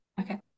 Okay